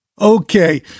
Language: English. Okay